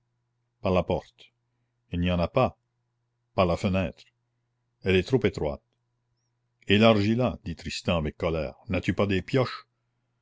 par la porte il n'y en a pas par la fenêtre elle est trop étroite élargis la dit tristan avec colère n'as-tu pas des pioches